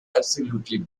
absolutely